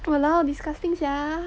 !walao! disgusting sia